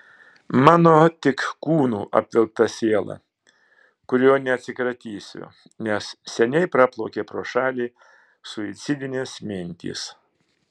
mano tik kūnu apvilkta siela kurio neatsikratysiu nes seniai praplaukė pro šalį suicidinės mintys